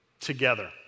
together